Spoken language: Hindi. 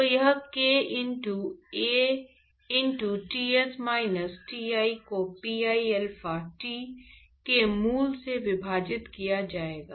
तो यह k into A into Ts minus Ti को pi अल्फा T के मूल से विभाजित किया जाएगा